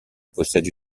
possède